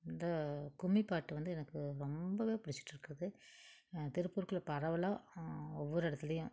இந்த கும்மி பாட்டு வந்து எனக்கு ரொம்பவே பிடிச்சிட்டுருக்குது திருப்பூருகுள்ள பரவலாக ஒவ்வொரு இடத்துலியும்